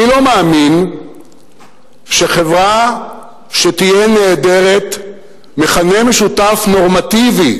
אני לא מאמין שחברה שתהיה נעדרת מכנה משותף נורמטיבי,